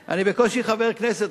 אני בקושי חבר כנסת,